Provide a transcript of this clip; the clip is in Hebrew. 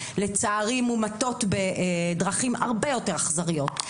או מומתות בדרכים הרבה יותר אכזריות.